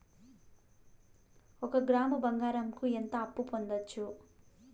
ఒక గ్రాము బంగారంకు ఎంత అప్పు పొందొచ్చు